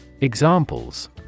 Examples